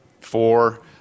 four